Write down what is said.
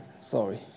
Sorry